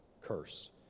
curse